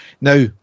Now